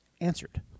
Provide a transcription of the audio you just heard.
answered